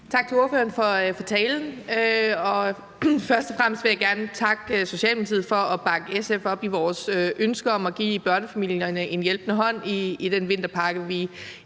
Tak til ordføreren for talen. Først og fremmest vil jeg gerne takke Socialdemokratiet for at bakke SF op i vores ønske om at give børnefamilierne en hjælpende hånd med den vinterpakke,